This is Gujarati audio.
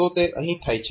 તો તે અહીં થાય છે